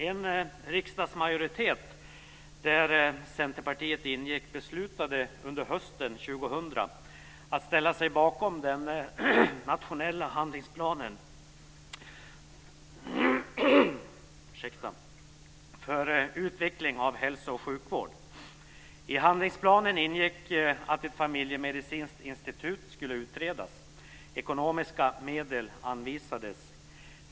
En riksdagsmajoritet där Centerpartiet ingick beslutade under hösten 2000 att ställa sig bakom den nationella handlingsplanen för utveckling av hälso och sjukvård. I handlingsplanen ingick att ett familjemedicinskt institut skulle utredas. Ekonomiska medel anvisades.